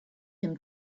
him